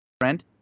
friend